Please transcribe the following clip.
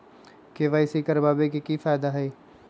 KYC करवाबे के कि फायदा है?